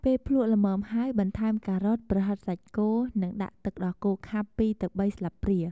ពេលភ្លក្សល្មមហើយ បន្ថែម ការ៉ុត ប្រហិតសាច់គោ និងដាក់ទឹកដោះគោខាប់ ២ ទៅ ៣ ស្លាបព្រា។